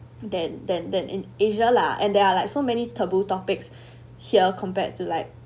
than than than in asia lah and there are like so many taboo topics here compared to like